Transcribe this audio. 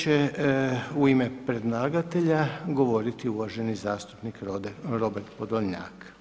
Sada će u ime predlagatelja govoriti uvaženi zastupnik Robert Podolnjak.